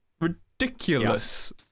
ridiculous